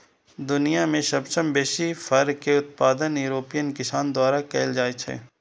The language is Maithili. दुनिया मे सबसं बेसी फर के उत्पादन यूरोपीय किसान द्वारा कैल जाइ छै